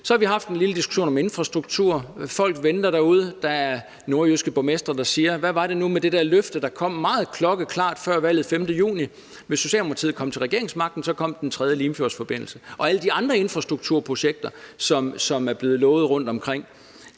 Så har vi haft en lille diskussion om infrastruktur. Folk venter derude. Der er nordjyske borgmestre, der siger: Hvad var det nu med det der løfte, der kom meget klokkeklart før valget den 5. juni, nemlig at hvis Socialdemokratiet fik regeringsmagten, så kom den tredje Limfjordsforbindelse og alle de andre infrastrukturprojekter, som er blevet lovet rundtomkring?